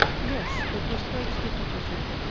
yes, but with great difficulty.